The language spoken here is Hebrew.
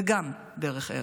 זה גם דרך ארץ.